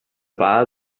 war